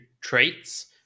traits